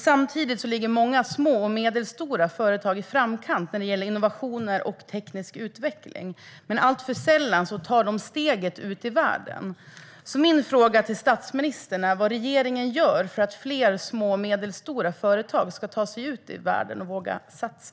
Samtidigt ligger många små och medelstora företag i framkant när det gäller innovationer och teknisk utveckling. Men alltför sällan tar de steget ut i världen. Min fråga till statsministern är vad regeringen gör för att fler små och medelstora företag ska ta sig ut i världen och våga satsa.